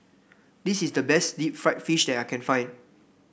this is the best Deep Fried Fish that I can find